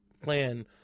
plan